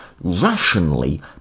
rationally